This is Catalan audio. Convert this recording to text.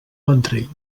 ventrell